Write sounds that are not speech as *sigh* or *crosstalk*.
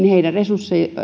*unintelligible* heidän